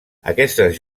aquestes